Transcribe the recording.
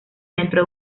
dentro